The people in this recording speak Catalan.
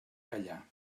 callar